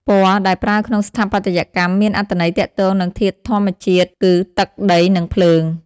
ពណ៌ ដែលប្រើក្នុងស្ថាបត្យកម្មមានអត្ថន័យទាក់ទងនឹងធាតុធម្មជាតិគឺ ទឹក ដី និង ភ្លើង។